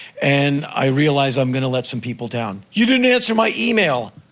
and i realize i'm gonna let some people down. you didn't answer my email!